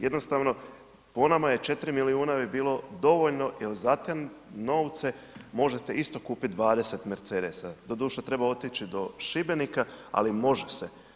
Jednostavno po nama je 4 milijuna bi bilo dovoljno jer za te novce možete isto kupit 20 mercedesa, doduše treba otići do Šibenika, ali može se.